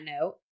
note